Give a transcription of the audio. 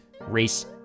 race